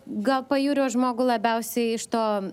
gal pajūrio žmogų labiausiai iš to